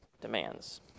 demands